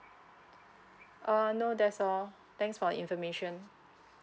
uh no that's all thanks for information